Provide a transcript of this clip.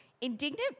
Indignant